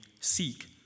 seek